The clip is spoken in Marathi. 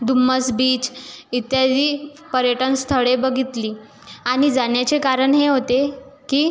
धुम्मस बीच इत्यादी पर्यटनस्थळे बघितली आणि जाण्याचे कारण हे होते की